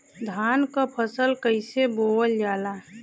धान क फसल कईसे बोवल जाला?